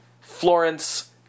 Florence